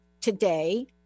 Today